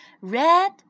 Red